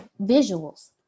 Visuals